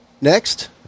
Next